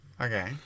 okay